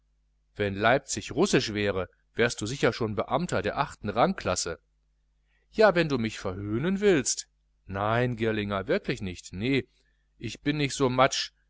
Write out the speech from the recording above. wenn leipzig russisch wäre wärst du sicher schon beamter der achten rangklasse ja wenn du mich verhöhnen willst nein girlinger wirklich nicht nee ich bin so matsch